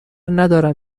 ندارم